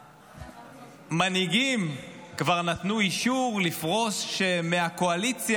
שהמנהיגים כבר נתנו אישור לפרוש מהקואליציה